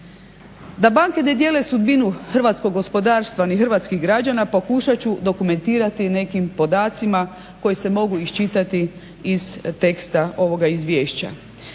Da banke ne dijele sudbinu hrvatskog gospodarstva ni hrvatskih građana pokušat ću dokumentirati nekim podacima koji se mogu iščitati iz teksta ovoga izvješća.